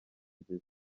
kujya